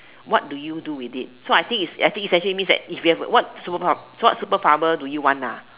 what do you do with it so I think is I think essentially means that if we have what superpower what superpower do you want ah